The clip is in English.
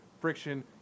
friction